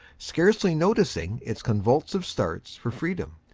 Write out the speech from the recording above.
scarcely noticing its convulsive starts for freedom.